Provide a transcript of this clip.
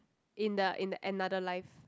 in the in the another life